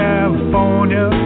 California